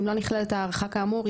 אם לא נכללת הערכה כאמור,